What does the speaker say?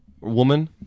woman